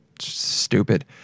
stupid